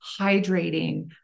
hydrating